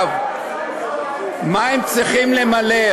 מה הם צריכים למלא?